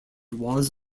was